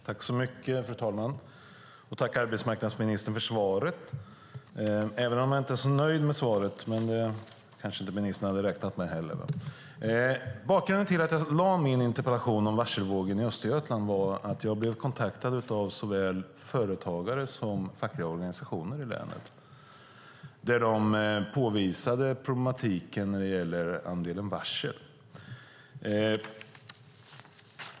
Fru talman! Tack, arbetsmarknadsministern, för svaret, även om jag inte är så nöjd med det, men det kanske inte ministern hade räknat med heller. Bakgrunden till att jag lade fram min interpellation om varselvågen i Östergötland är att jag blev kontaktad av såväl företagare och fackliga organisationer i länet då de påvisade problematiken med andelen varsel.